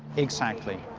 exactly.